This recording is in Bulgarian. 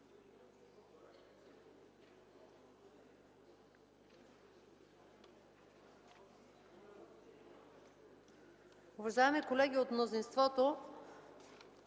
Уважаеми колеги от мнозинството,